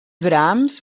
brahms